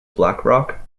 blackrock